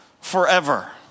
forever